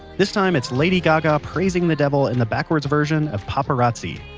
this time it's lady gaga praising the devil in the backwards version of paparazzi.